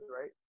right